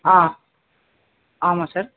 ஆ ஆமாம் சார்